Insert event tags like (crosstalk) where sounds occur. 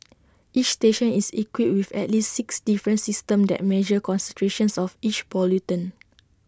(noise) each station is equipped with at least six different systems that measure concentrations of each pollutant (noise)